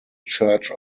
church